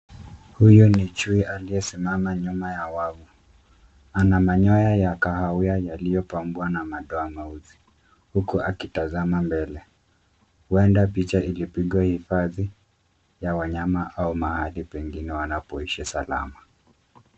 Huyu ni chui aliyesimama nyuma ya wavu, ana manyoya ya kahawia yaliyopambwa na madoa meusi huku akitazama mbele, huenda picha ilipigwa hifadhi ya wanyama au mahali pengine wanapoishi salama.